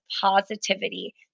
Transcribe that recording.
positivity